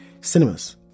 cinemas